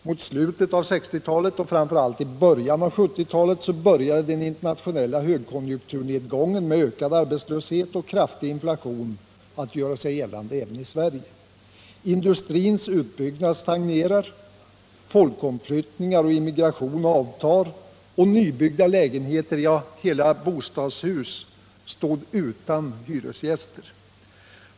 Mot slutet av 1960-talet och framför allt i början av 1970-talet började den internationella högkonjunkturnedgången med ökad arbetslöshet och kraftig inflation att göra sig gällande även i Sverige. Industrins utbyggnad stagnerade, folkomflyttningar och immigration avtog och nybyggda lägenheter — ja, hela bostadshus — stod utan hyresgäster.